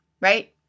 Right